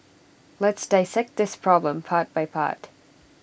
let's dissect this problem part by part